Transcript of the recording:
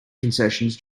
concessions